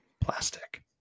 plastic